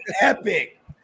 epic